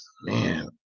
man